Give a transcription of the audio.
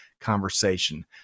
conversation